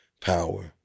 power